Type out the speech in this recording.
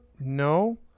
no